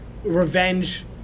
Revenge